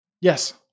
Yes